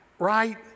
right